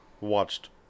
watched